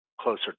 closer